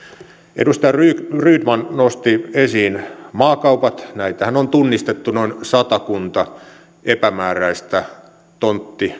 edustaja rydman nosti esiin maakaupat näitähän on tunnistettu noin satakunta epämääräistä tontti